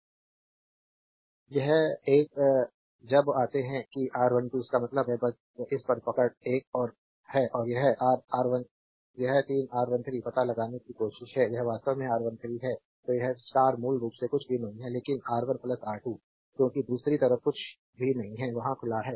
slide समय देखें 0654 यह एक जब आते है कि R13 इसका मतलब है बस इस पर पकड़ 1 है और यह 3 R13 पता लगाने की कोशिश है यह वास्तव में R13 है तो यह स्टार मूल रूप से कुछ भी नहीं है लेकिन R1 R2 क्योंकि दूसरी तरफ कुछ भी नहीं है वहां खुला है